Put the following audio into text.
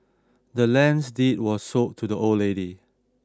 the land's deed was sold to the old lady